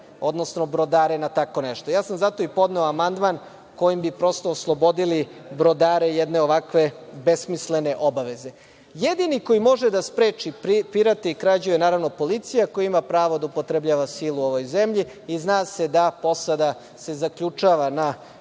odnosno brodare na tako nešto. Zato sam i podneo amandman kojim bi prosto oslobodili brodare jedne ovakve besmislene obaveze. Jedini koji može da spreči pirate i krađu je policija, koja ima pravo da upotrebljava silu u ovoj zemlji i zna se da posada se zaključava na